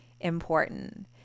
important